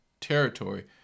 territory